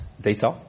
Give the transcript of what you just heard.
data